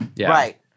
Right